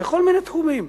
בכל מיני תחומים.